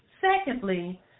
Secondly